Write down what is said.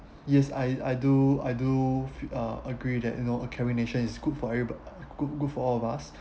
yes I I do I do uh agree that you know a caring nation is good for everybod~ uh good good for all of us